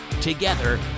together